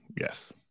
Yes